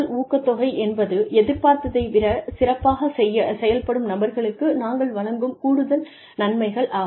ஊக்கத்தொகை என்பது எதிர்பார்த்ததை விடச் சிறப்பாகச் செயல்படும் நபர்களுக்கு நாங்கள் வழங்கும் கூடுதல் நன்மைகள் ஆகும்